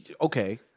Okay